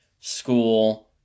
school